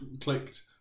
clicked